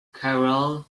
carol